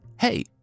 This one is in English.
Hey